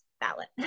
ballot